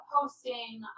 posting